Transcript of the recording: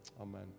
amen